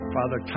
Father